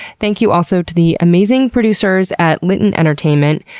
thank you also to the amazing producers at litton entertainment,